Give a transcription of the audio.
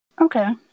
Okay